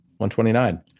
129